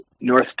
North